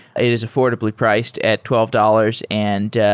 it is affordably priced at twelve dollars and